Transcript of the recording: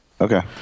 Okay